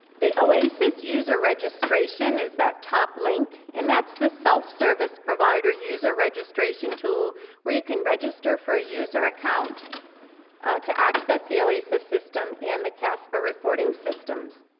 the oasis user registration is that top link. and that's the self-service provider user registration tool where you can register for a user account to access the oasis system and the casper reporting systems.